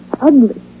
ugly